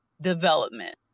development